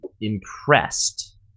impressed